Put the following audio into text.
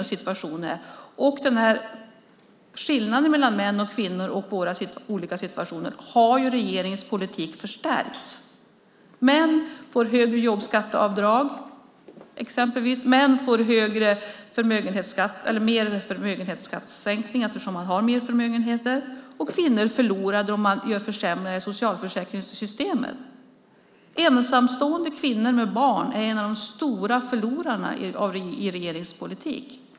Skillnaden mellan män och kvinnor och våra olika situationer har förstärkts i regeringens politik. Män får exempelvis högre jobbskatteavdrag. Män får större förmögenhetsskattesänkning eftersom de har större förmögenheter. Kvinnor förlorar då man gör försämringar i socialförsäkringssystemet. Ensamstående kvinnor med barn är några av de stora förlorarna i regeringens politik.